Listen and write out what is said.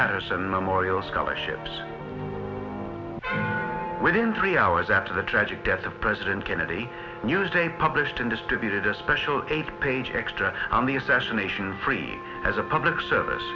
patterson the morial scholarships within three hours after the tragic death of president kennedy newsday published in distributed a special eight page extra on the assassination free as a public service